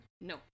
No